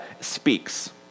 speaks